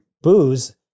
booze